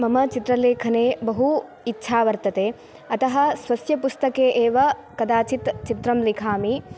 मम चित्रलेखने बहु इच्छा वर्तते अतः स्वस्य पुस्तके एव कदाचित् चित्रं लिखामि